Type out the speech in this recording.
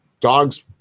Dogs